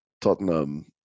Tottenham